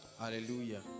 Hallelujah